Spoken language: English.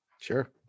Sure